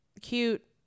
cute